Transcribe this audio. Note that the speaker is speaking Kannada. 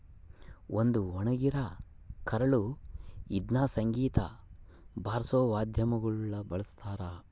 ಒಂದು ಒಣಗಿರ ಕರಳು ಇದ್ನ ಸಂಗೀತ ಬಾರ್ಸೋ ವಾದ್ಯಗುಳ ಬಳಸ್ತಾರ